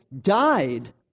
died